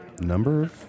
number